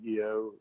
CEO